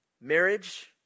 Marriage